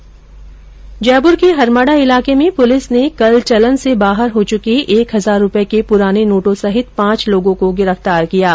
जयपुर के हरमाडा इलाके में पुलिस ने कल चलन से बाहर हो चुके एक हजार रूपए के पुराने नोटों सहित पांच लोगों को गिरफ्तार किया है